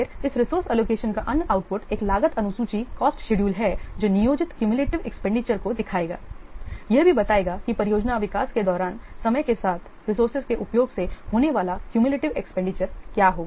फिर इस resource allocation का अन्य आउटपुट एक लागत अनुसूची है जो नियोजित cumulative एक्सपेंडिचर को दिखाएगा यह भी बताएगा कि परियोजना विकास के दौरान समय के साथ रिसोर्सेज के उपयोग से होने वाला cumulative एक्सपेंडिचर क्या होगा